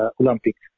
Olympics